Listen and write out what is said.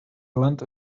land